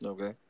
Okay